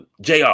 Jr